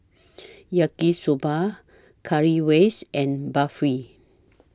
Yaki Soba Currywurst and Barfi